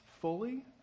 fully